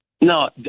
No